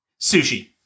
sushi